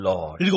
Lord